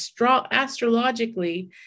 astrologically